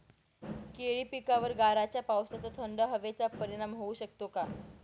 केळी पिकावर गाराच्या पावसाचा, थंड हवेचा परिणाम होऊ शकतो का?